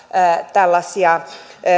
tällaisia